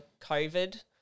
COVID